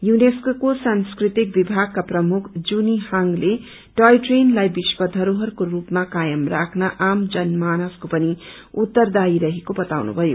UNESCO सास्कृतिक विभागका प्रमुख जुनी हांगले ट्रवाय ट्रेनलाई विश्व धरोहरको रूपमा कायम राख्न आम जन मानसको पनि उत्तरदाई रहेको बताउनु भयो